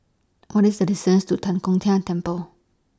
What IS The distance to Tan Kong Tian Temple